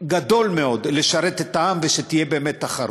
גדול מאוד לשרת את העם ושתהיה באמת תחרות.